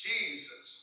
Jesus